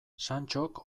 santxok